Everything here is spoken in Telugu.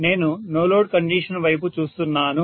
నేను నో లోడ్ కండిషన్ వైపు చూస్తున్నాను